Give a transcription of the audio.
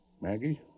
Maggie